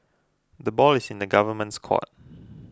the ball is in the government's court